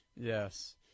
Yes